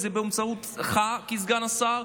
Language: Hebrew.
אם זה באמצעותך כסגן השר,